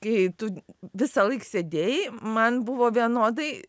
kai tu visąlaik sėdėjai man buvo vienodai